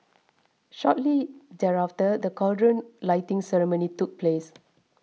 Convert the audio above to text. shortly thereafter the cauldron lighting ceremony took place